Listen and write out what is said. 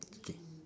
okay